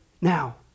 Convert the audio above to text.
now